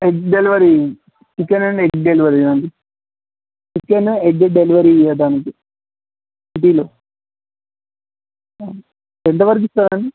egg delivery chicken and egg delivery chicken egg delivery ఇయ్యడానికి సిటీలో ఎంతవరకు ఇస్తారండి